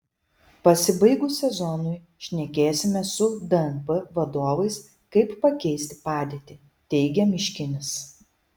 pasibaigus sezonui šnekėsime su dnp vadovais kaip pakeisti padėtį teigia miškinis